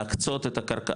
להקצות את הקרקעות,